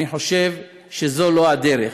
אני חושב שזאת לא הדרך.